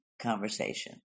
conversation